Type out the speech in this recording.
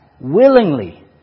willingly